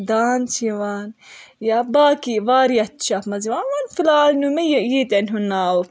داند چھِ یوان یا باقی واریاہ چھِ اَتھ منٛز یوان وۄنۍ فی الحال نیو مےٚ یہِ ییٖتٮ۪ن ہُند ناو